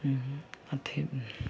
अथी